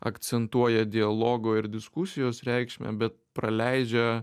akcentuoja dialogo ir diskusijos reikšmę bet praleidžia